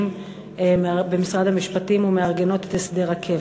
ומארגנות במשרד המשפטים את הסדר הקבע.